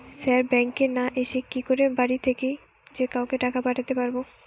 Sir ব্যাঙ্কে না এসে কি করে বাড়ি থেকেই যে কাউকে টাকা পাঠাতে পারবো?